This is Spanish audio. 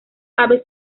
aves